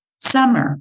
Summer